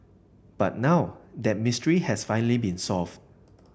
but now that mystery has finally been solved